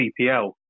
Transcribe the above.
CPL